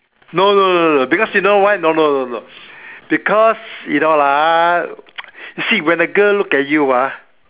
no no no no because you know why no no no no because you know ah you see when a girl look at you ah